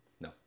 No